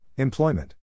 Employment